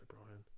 O'Brien